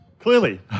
Clearly